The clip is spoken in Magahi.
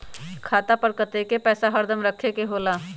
खाता पर कतेक पैसा हरदम रखखे के होला?